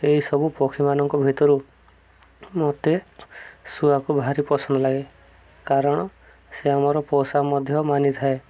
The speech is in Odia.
ଏହି ସବୁ ପକ୍ଷୀମାନଙ୍କ ଭିତରୁ ମତେ ଶୁଆକୁ ଭାରି ପସନ୍ଦ ଲାଗେ କାରଣ ସେ ଆମର ପୋଷା ମଧ୍ୟ ମାନିଥାଏ